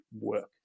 work